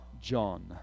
John